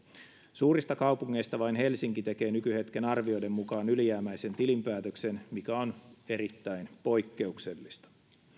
suurista kaupungeista vain helsinki tekee nykyhetken arvioiden mukaan ylijäämäisen tilinpäätöksen mikä on erittäin poikkeuksellista